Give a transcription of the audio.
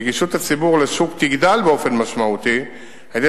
נגישות השוק לציבור תגדל באופן משמעותי על-ידי